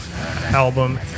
album